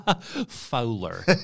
Fowler